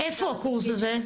איפה הקורס הזה?